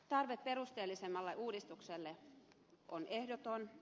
tarve perusteellisemmalle uudistukselle on ehdoton